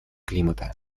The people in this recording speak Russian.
климата